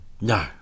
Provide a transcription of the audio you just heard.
No